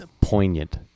poignant